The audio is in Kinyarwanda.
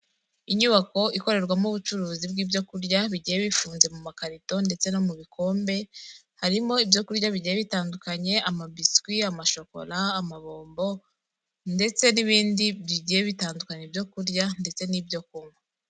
Inyubako ikorerwamo ubucuruzi bw'ibyo kurya, bigiye bifunze mu makarito ndetse no mu bikombe, harimo ibyo kurya bijyiye bitandukanye, amabiswi, amashokora, amabombo ndetse n'ibindi bijyiye bitandukanye ibyo kurya ndetse n'ibyo kunywa.